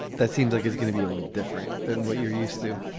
that seems like it's going to be a little different than what you're used to